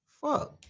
Fuck